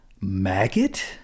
Maggot